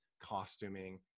costuming